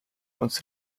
uns